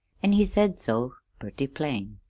an' he said so purty plain.